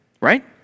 Right